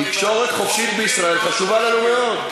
תקשורת חופשית בישראל חשובה לנו מאוד.